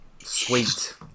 Sweet